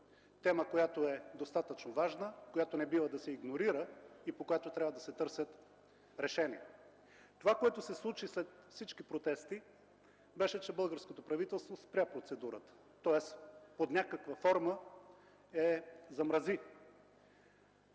Тема, която е достатъчно важна, която не бива да се игнорира и по която трябва да се търсят решения. Това, което се случи след всички протести, беше, че българското правителство спря процедурата, тоест под някаква форма я замрази.